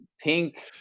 pink